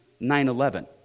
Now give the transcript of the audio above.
9-11